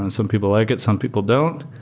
and some people like it, some people don't.